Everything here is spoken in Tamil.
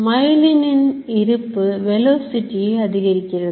மேலும் myelin இருப்பு velocity அதிகரிக்கிறது